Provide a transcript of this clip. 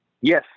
Yes